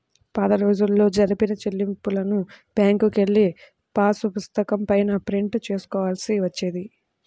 పాతరోజుల్లో జరిపిన చెల్లింపులను బ్యేంకుకెళ్ళి పాసుపుస్తకం పైన ప్రింట్ చేసుకోవాల్సి వచ్చేది